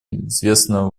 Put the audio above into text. известна